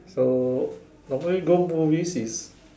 so normally go movies is